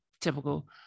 typical